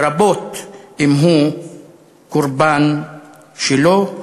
לרבות אם הוא קורבן שלו,